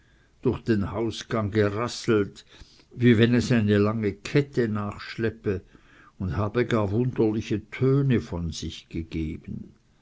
durch den hausgang gerasselt wie wenn es eine lange kette nachschleppe und habe gar wunderliche töne von sich gegeben